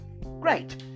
Great